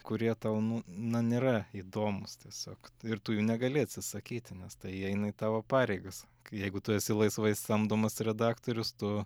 kurie tau nu na nėra įdomūs tiesiog ir tu jų negali atsisakyti nes tai įeina į tavo pareigas jeigu tu esi laisvai samdomas redaktorius tu